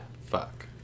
Fuck